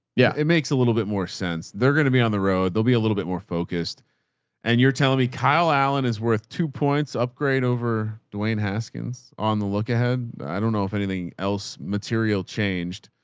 yeah. it makes a little bit more sense. they're going to be on the road. there'll be a little bit more focused and you're telling me, kyle allen is worth two points. upgrade over dwayne haskins on the look ahead. i don't know if anything else material changed.